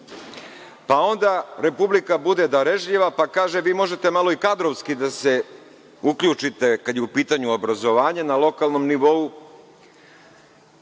Onda Republika bude darežljiva, pa kaže – vi možete malo i kadrovski da se uključite kada je u pitanju obrazovanje na lokalnom nivou,